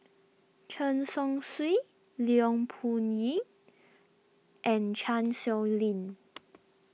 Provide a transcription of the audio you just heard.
Chen Chong Swee Leong and Chan Sow Lin